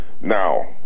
Now